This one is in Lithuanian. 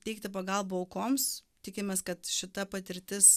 teikti pagalbą aukoms tikimės kad šita patirtis